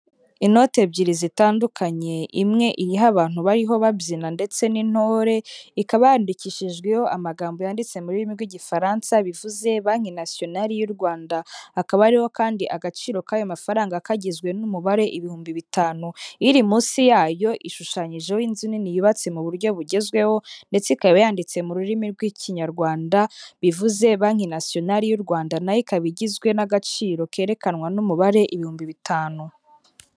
Inoti ebyiri zitandukanye, imwe iyiha abantu bariho babyina ndetse n'intore. Ikaba yandikishijweho amagambo yanditse mu rurimi rw'igifaransa, bivuze banki nasiyonale y'u Rwanda. Akaba ariho kandi agaciro k'ayo mafaranga kagizwe n'umubare ibihumbi bitanu. Iri munsi yayo ishushanyijeho inzu nini yubatse mu buryo bugezweho, ndetse ikaba yanditse mu rurimi rw'Ikinyarwanda, bivuze banki nasiyonali y'u Rwanda. Nayo ikaba igizwe n'agaciro kerekanwa n'umubare ibihumbi bitanu.